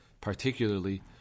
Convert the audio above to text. particularly